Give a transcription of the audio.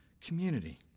community